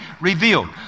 revealed